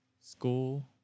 school